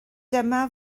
dyma